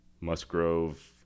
Musgrove